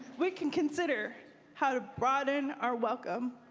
we can consider how to broaden our welcome,